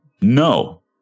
no